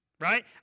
right